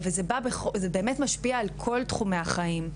וזה באמת משפיע על כל תחומי החיים.